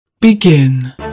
Begin